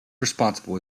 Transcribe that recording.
responsible